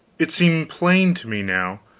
it seemed plain to me now,